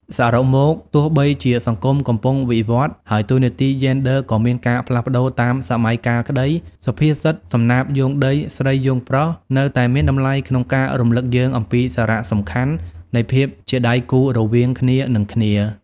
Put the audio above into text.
សរុបមក ទោះបីជាសង្គមកំពុងវិវឌ្ឍន៍ ហើយតួនាទីយេនឌ័រក៏មានការផ្លាស់ប្តូរតាមសម័យកាលក្តី សុភាសិត សំណាបយោងដី ស្រីយោងប្រុស នៅតែមានតម្លៃក្នុងការរំលឹកយើងអំពីសារៈសំខាន់នៃភាពជាដៃគូរវាងគ្នានឹងគ្នា។